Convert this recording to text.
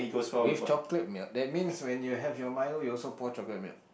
with chocolate milk that means when you have your milo you also pour chocolate milk